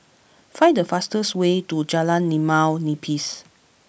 find the fastest way to Jalan Limau Nipis